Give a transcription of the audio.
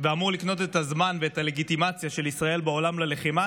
ואמור לקנות את הזמן ואת הלגיטימציה של ישראל בעולם ללחימה,